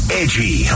edgy